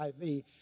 IV